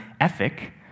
ethic